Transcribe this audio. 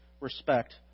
respect